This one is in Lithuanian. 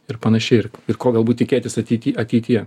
ir panašiai ir ir ko galbūt tikėtis ateity ateityje